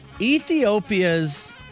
Ethiopia's